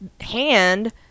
hand